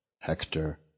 Hector